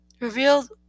revealed